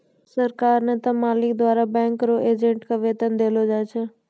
सरकार नै त मालिक द्वारा बैंक रो एजेंट के वेतन देलो जाय छै